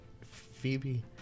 Phoebe